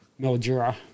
Mildura